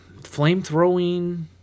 flamethrowing